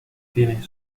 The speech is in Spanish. tiene